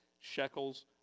shekels